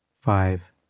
five